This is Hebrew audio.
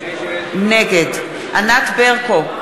נגד ענת ברקו,